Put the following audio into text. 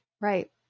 Right